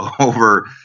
over